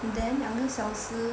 then 两个小时